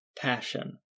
passion